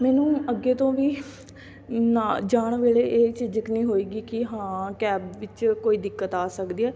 ਮੈਨੂੰ ਅੱਗੇ ਤੋਂ ਵੀ ਨਾ ਜਾਣ ਵੇਲੇ ਇਹ ਝਿਜਕ ਨਹੀਂ ਹੋਏਗੀ ਕਿ ਹਾਂ ਕੈਬ ਵਿੱਚ ਕੋਈ ਦਿੱਕਤ ਆ ਸਕਦੀ ਹੈ